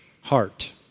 heart